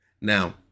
Now